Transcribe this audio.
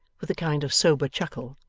with a kind of sober chuckle,